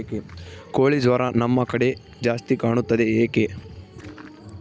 ಕೋಳಿ ಜ್ವರ ನಮ್ಮ ಕಡೆ ಜಾಸ್ತಿ ಕಾಣುತ್ತದೆ ಏಕೆ?